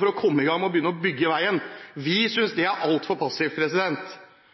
for å komme i gang med å bygge veien på en av de mest ulykkesutsatte strekningene. Vi synes det er altfor passivt. Så har jeg lyst til å vise til forslag nr. 44, og så håper jeg at de